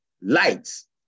lights